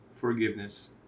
forgiveness